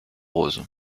roses